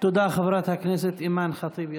תודה, חברת הכנסת אימאן ח'טיב יאסין.